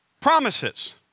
promises